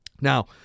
Now